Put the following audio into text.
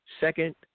Second